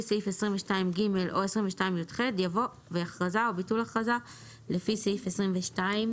סעיף 22ג או 22יח" יבוא "והכרזה או ביטול הכרזה לפי סעיף 22יח".